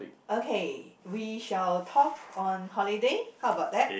okay we shall talk on holiday how about that